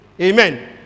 Amen